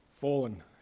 fallen